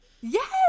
yes